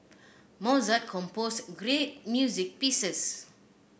Mozart composed great music pieces